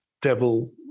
devil